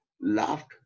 laughed